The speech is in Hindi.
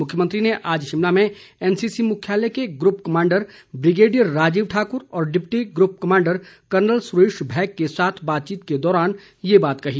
मुख्यमंत्री ने आज शिमला में एनसीसी मुख्यालय के group commander brigadier Rajiv Thakur और deputy group commandant colonel Suresh Bhaik के साथ बातचीत के दौरान ये बात कही